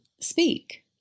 speak